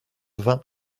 vingt